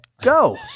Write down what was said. go